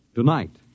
Tonight